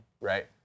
right